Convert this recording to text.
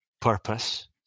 purpose